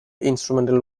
instrumental